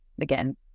again